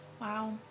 Wow